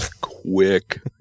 Quick